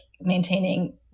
maintaining